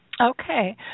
Okay